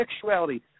sexuality